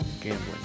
gambling